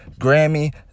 Grammy